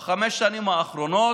בחמש השנים האחרונות